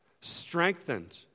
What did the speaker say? strengthened